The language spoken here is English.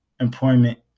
employment